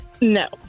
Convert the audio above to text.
No